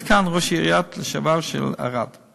עליו: יושבת כאן ראש העירייה של ערד לשעבר.